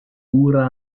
pura